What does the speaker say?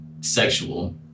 sexual